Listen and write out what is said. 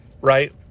Right